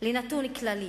לנתון כללי